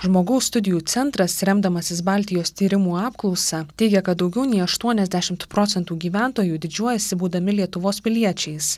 žmogaus studijų centras remdamasis baltijos tyrimų apklausa teigia kad daugiau nei aštuoniasdešimt procentų gyventojų didžiuojasi būdami lietuvos piliečiais